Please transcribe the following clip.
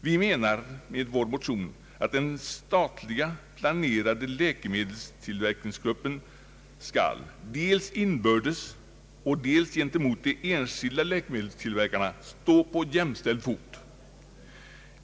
Vi menar med vår motion att den statliga, planerade läkemedelstillverkningsgruppen skall dels inbördes, dels gentemot de enskilda läkemedelstillverkarna stå på jämställd fot.